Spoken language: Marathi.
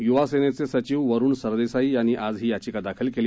य्वा सेनेचे सचिव वरुण सरदेसाई यांनी आज ही याचिका दाखल केली